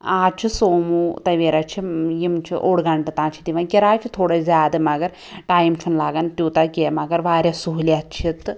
آز چھِ سوموٗ تویرا چھِ یم چھِ اوٚڑ گھنٹہٕ تانۍ چھِ دِوان کراے چھِ تھوڑا زیادٕ مگر ٹایم چھُنہٕ لگَان تیٛوٗتاہ کیٚنٛہہ مگر واریاہ سہولیت چھِ تہٕ